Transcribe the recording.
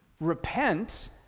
Repent